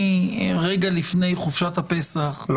שרגע לפני חופשת הפסח לא